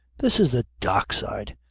this is the dock side.